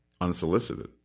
unsolicited